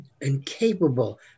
incapable